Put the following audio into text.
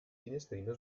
finestrino